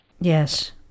yes